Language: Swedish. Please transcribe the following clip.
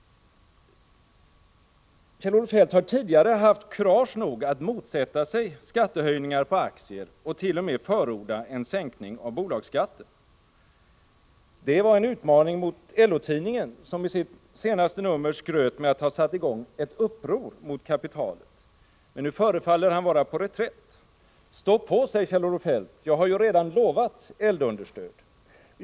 Kjell-Olof Feldt har tidigare haft kurage att motsätta sig skattehöjningar på aktier och t.o.m. förordat en sänkning av bolagsskatten. Det var en utmaning mot LO-tidningen, som i sitt senaste nummer skröt med att ha satt i gång ett uppror mot kapitalet. Men nu förefaller han vara på reträtt. Stå på sig, Kjell-Olof Feldt! Jag har ju redan lovat eldunderstöd.